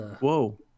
Whoa